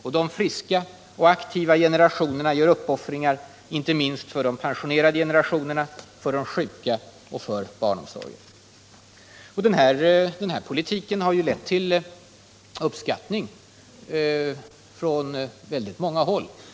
Och de friska och aktiva generationerna gör uppoffringar, inte minst för de pensionerade generationerna, för de sjuka och för barnomsorgen. Den politiken har lett till uppskattning från många olika håll.